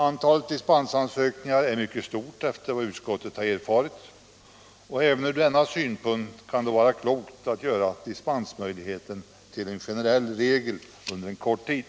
Antalet dispensansökningar är mycket stort efter vad utskottet har erfarit, och även ur denna synpunkt kan det vara klokt att göra dispensmöjligheten till en generell regel under en kort tid.